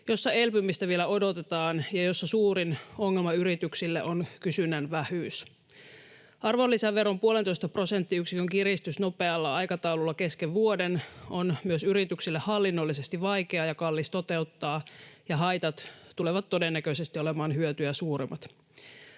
jossa elpymistä vielä odotetaan ja jossa suurin ongelma yrityksille on kysynnän vähyys. Arvonlisäveron puolentoista prosenttiyksikön kiristys nopealla aikataululla kesken vuoden on myös yrityksille hallinnollisesti vaikea ja kallis toteuttaa, ja haitat tulevat todennäköisesti olemaan hyötyjä suuremmat.